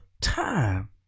time